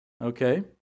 okay